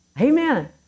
Amen